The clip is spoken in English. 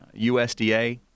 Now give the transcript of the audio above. USDA